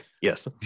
Yes